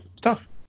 Tough